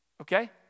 Okay